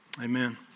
Amen